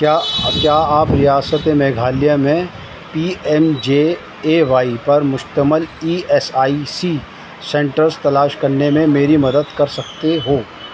کیا کیا آپ ریاست میگھالیہ میں P M J A Y پر مشتمل E S I C centres تلاش کرنے میں میری مدد کر سکتے ہو